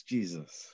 Jesus